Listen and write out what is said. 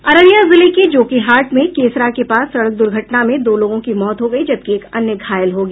अररिया जिले के जोकीहाट में केसरा के पास सड़क दुर्घटना में दो लोगों की मौत हो गयी जबकि एक अन्य घायल हो गया